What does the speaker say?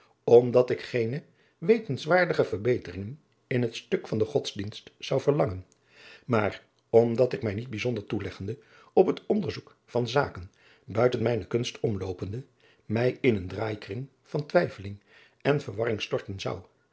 omdat ik geene wenschenswaardige verbeteringen in het stuk van den godsdienst zou verlangen maar omdat ik mij niet bijzonder toeleggende op het onderzoek van zaken buiten mijne kunst omloopende mij in een draaikring van twijfeling en verwarringen storten zou